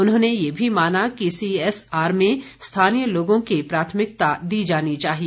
उन्होंने यह भी माना कि सीएसआर में स्थानीय लोगों के प्राथमिकता दी जानी चाहिए